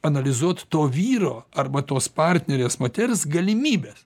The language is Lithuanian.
analizuot to vyro arba tos partnerės moters galimybes